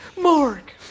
Mark